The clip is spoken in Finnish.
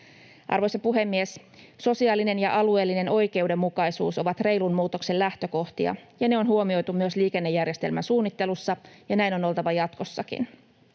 Arvoisa puhemies! Sosiaalinen ja alueellinen oikeudenmukaisuus ovat reilun muutoksen lähtökohtia ja ne on huomioitu myös liikennejärjestelmän suunnittelussa, ja näin on oltava jatkossakin.